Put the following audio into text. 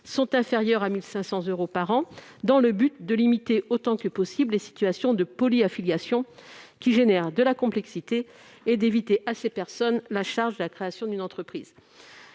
sont inférieures à 1 500 euros par an, dans le but de limiter autant que possible les situations de polyaffiliation qui génèrent de la complexité et d'éviter à ces personnes la charge de la création d'une entreprise.